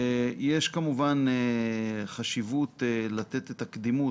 יש כמובן חשיבות לתת את הקדימות,